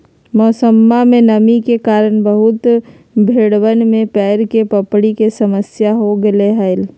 मौसमा में नमी के कारण बहुत भेड़वन में पैर के पपड़ी के समस्या हो गईले हल